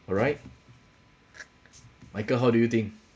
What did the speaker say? alright michael how do you think